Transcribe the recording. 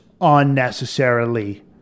unnecessarily